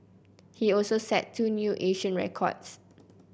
he also set two new Asian records